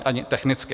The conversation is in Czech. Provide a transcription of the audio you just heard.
Ani technicky.